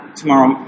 tomorrow